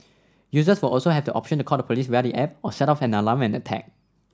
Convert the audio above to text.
users will also have the option to call the police via the app or set off an alarm when attacked